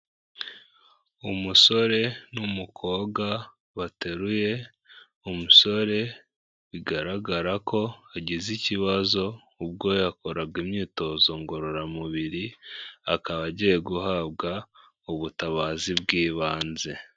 Umusore n'umukobwa bateruye umusore, bigaragara ko agize ikibazo ubwo yakoraga imyitozo ngororamubiri, akaba agiye guhabwa ubutabazi bw'ibanze.